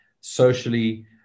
socially